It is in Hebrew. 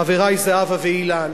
חברי זהבה ואילן,